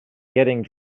getting